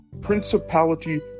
Principality